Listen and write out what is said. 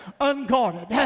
unguarded